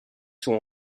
sont